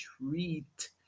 treat